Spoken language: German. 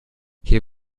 hier